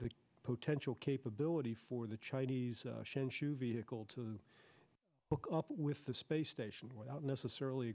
the potential capability for the chinese shanshu vehicle to look up with the space station without necessarily